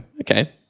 okay